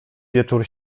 wieczór